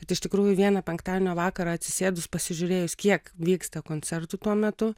bet iš tikrųjų vieną penktadienio vakarą atsisėdus pasižiūrėjus kiek vyksta koncertų tuo metu